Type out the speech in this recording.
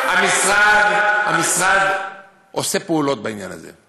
המשרד עושה פעולות בעניין הזה.